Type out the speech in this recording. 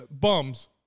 Bums